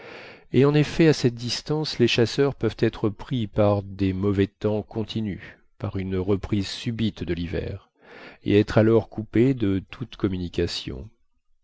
et en effet à cette distance les chasseurs peuvent être pris par des mauvais temps continus par une reprise subite de l'hiver et être alors coupés de toute communication